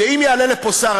שאם יעלה לפה שר,